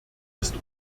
ist